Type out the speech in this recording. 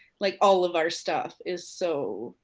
like all of our stuff, is so,